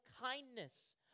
kindness